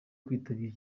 kwitabira